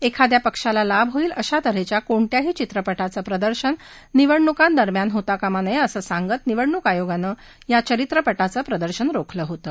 एखाद्या पक्षाला लाभ होईल अशा तऱ्हेच्या कोणत्याही चित्रपटाचं प्रदर्शन निवडणुकांदरम्यान होता कामा नये असं सांगत निवडणूक आयोगाने या चरित्रपटाचं प्रदर्शन रोखलं होतं